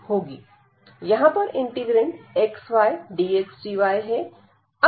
यहां पर integrand x y dx dy है